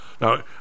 Now